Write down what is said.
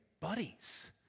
buddies